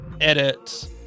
edit